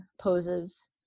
poses